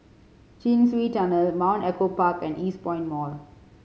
Chin Swee Tunnel the Mount Echo Park and Eastpoint Mall